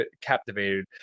captivated